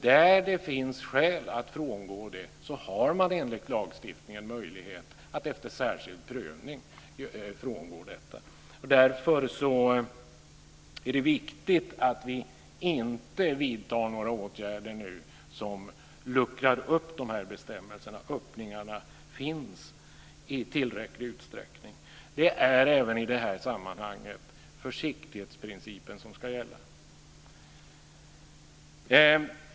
Där det finns skäl att frångå det har man enligt lagstiftningen möjlighet att efter särskild prövning frångå det. Därför är det viktigt att vi inte vidtar några åtgärder nu som luckrar upp de här bestämmelserna. Öppningar finns i tillräcklig utsträckning. Det är även i det här sammanhanget försiktighetsprincipen som ska gälla.